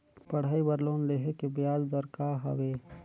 पढ़ाई बर लोन लेहे के ब्याज दर का हवे?